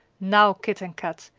now, kit and kat,